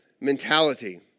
mentality